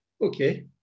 Okay